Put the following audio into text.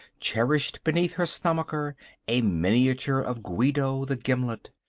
cherished beneath her stomacher a miniature of guido the gimlet.